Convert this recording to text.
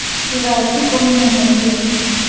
KYC कोन में होथे?